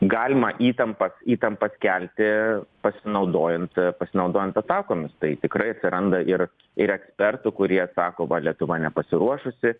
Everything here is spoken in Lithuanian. galima įtampą įtampas kelti pasinaudojant pasinaudojant atakomis tai tikrai atsiranda ir ir ekspertų kurie sako va lietuva nepasiruošusi